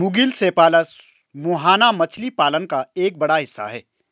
मुगिल cephalus मुहाना मछली पालन का एक बड़ा हिस्सा है